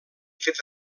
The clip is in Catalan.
fet